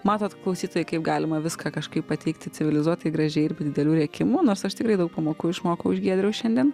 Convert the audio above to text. matot klausytojai kaip galima viską kažkaip pateikti civilizuotai gražiai ir be didelių rėkimų nors aš tikrai daug pamokų išmokau iš giedriaus šiandien